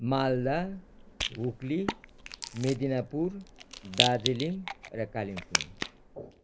मालदा हुग्ली मेदिनीपुर दार्जिलिङ र कालिम्पोङ